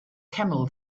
camel